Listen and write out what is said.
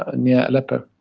ah near aleppo.